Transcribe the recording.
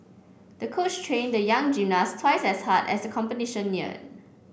the coach trained the young gymnast twice as hard as competition neared